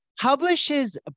publishes